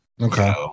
Okay